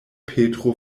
petro